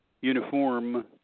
Uniform